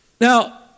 Now